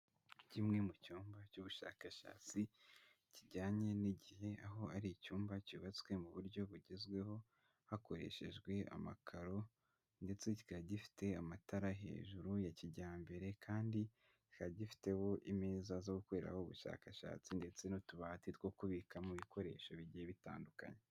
iKmwe mu cyumba cy'ubushakashatsi kijyanye n'igihe, aho ari icyumba cyubatswe mu buryo bugezweho hakoreshejwe amakaro, ndetse kikaba gifite amatara hejuru ya kijyambere, kandi kikaba gifiteho imeza zo gukoreraho ubushakashatsi ndetse n'utubati two kubikamo ibikoresho bigiye bitandukanye.